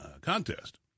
contest